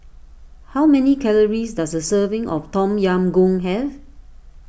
how many calories does a serving of Tom Yam Goong have